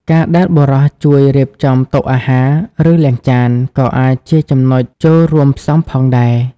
ការដែលបុរសជួយរៀបចំតុអាហារ ឬលាងចាន ក៏អាចជាចំណុចចូលរួមផ្សំផងដែរ។